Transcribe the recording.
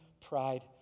pride